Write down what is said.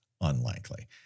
unlikely